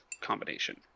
Combination